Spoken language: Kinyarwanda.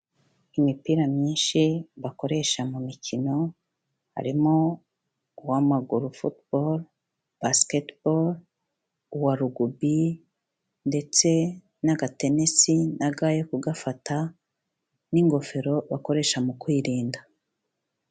Imipira myinshi bakoresha mu mikino harimo uw'amaguru (football), basketball, uwa rugby ndetse n'akatenesi na ga yo kugafata n'ingofero bakoresha mu kwirinda.